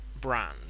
brand